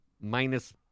minus